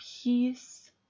peace